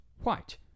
white